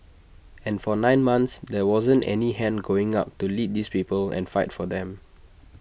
and for nine months there wasn't any hand going up to lead these people and fight for them